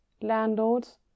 landlords